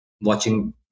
watching